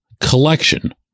collection